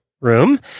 room